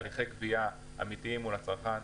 מדובר בהליכי גבייה אמיתיים מול הצרכן,